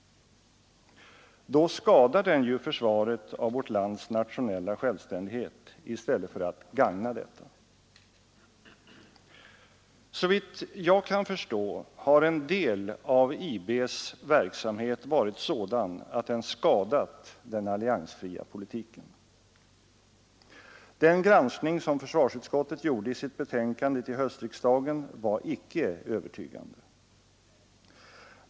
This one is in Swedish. Då skadar den ju försvaret av vårt lands nationella självständighet i stället för att gagna detta. Såvitt jag kan förstå har en del av IB:s verksamhet varit sådan att den skadat den alliansfria politiken. Den granskning som försvarsutskottet gjorde i sitt betänkande till höstriksdagen var icke övertygande.